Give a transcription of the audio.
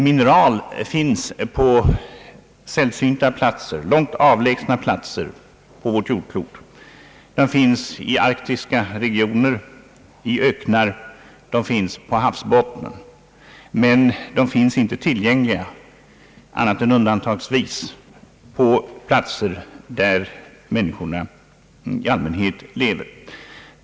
Mineral finns på långt avlägsna platser på vårt jordklot: i arktiska regioner, i öknar och på havsbottnen, men de finns inte tillgängliga annat än undantagsvis på platser där människorna i allmänhet lever.